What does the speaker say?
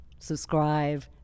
subscribe